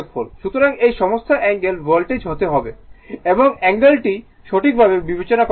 সুতরাং এই সমস্ত অ্যাঙ্গেল ভোল্টেজ হতে হবে এবং অ্যাঙ্গেল টি সঠিক হিসাবে বিবেচনা করতে হবে